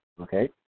okay